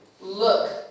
Look